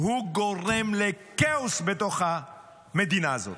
הוא גורם לכאוס בתוך המדינה הזאת.